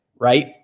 right